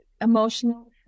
emotional